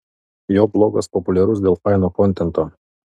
jo blogas populiarus dėl faino kontento